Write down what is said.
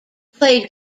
played